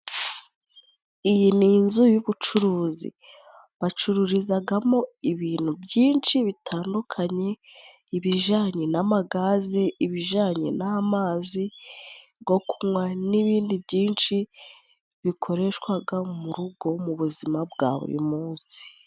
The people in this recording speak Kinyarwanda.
Iyi ni inzu y'ubucuruzi, bacururizamo ibintu byinshi bitandukanye, ibijyanye na gazi, ibijyanye n'amazi yo kunywa n'ibindi byinshi bikoreshwa mu rugo, mu buzima bwa buri munsi.